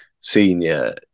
senior